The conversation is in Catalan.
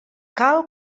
cal